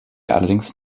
allerdings